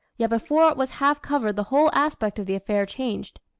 yet before it was half covered the whole aspect of the affair changed.